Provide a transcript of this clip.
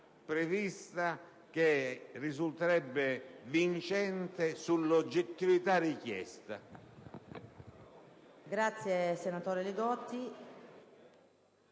prevista che risulterebbe vincente sull'oggettività richiesta.